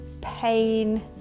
pain